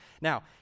Now